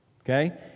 Okay